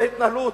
בהתנהלות.